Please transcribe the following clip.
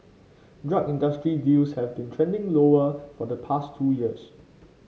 drug industry deals have been trending lower for the past two years